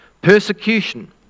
persecution